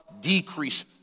decrease